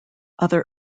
other